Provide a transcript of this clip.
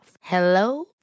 Hello